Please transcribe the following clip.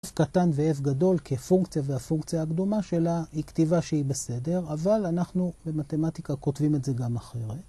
f קטן וF גדול כפונקציה והפונקציה הקדומה שלה היא כתיבה שהיא בסדר אבל אנחנו במתמטיקה כותבים את זה גם אחרת.